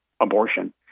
abortion